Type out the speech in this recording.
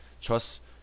trust